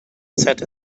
sat